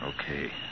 Okay